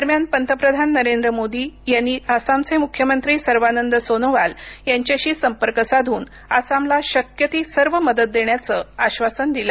दरम्यान पंतप्रधान नरेंद्र मोदी यांनी आसामचे मुख्यमंत्री सर्वानंद सोनोवाल यांच्याशी संपर्क साधून आसामला शक्य ती सर्व मदत देण्याचं आश्वासन दिलं